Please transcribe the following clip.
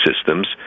systems